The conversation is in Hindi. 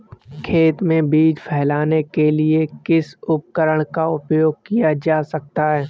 खेत में बीज फैलाने के लिए किस उपकरण का उपयोग किया जा सकता है?